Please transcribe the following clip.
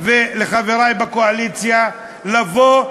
ולחברי בקואליציה לבוא,